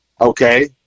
Okay